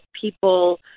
people